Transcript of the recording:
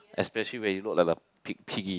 especially when you look like a pig piggy